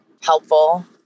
helpful